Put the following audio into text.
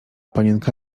panienka